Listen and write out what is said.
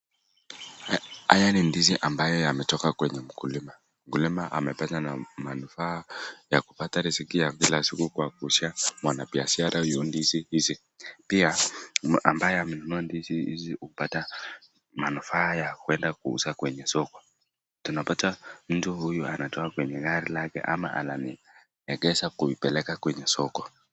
Haya ni ndizi ambayo yametoka kwenye mkulima. Mkulima amepata manufaa ya kupata riziki ya kila siku kwa kumuuizia mwanabiashara ndizi hizi. Pia ambaye amenunua ndizi hizi hupata manufaa ya kwenda kuuza kwenye soko. Unapata mtu huyu anatoa kwenye gari lake ama analiegesha kuipeleka kwenye soko.